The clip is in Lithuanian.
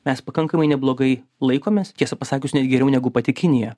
mes pakankamai neblogai laikomės tiesą pasakius net geriau negu pati kinija